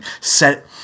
set